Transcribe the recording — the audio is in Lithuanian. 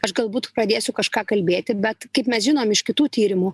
aš galbūt pradėsiu kažką kalbėti bet kaip mes žinom iš kitų tyrimų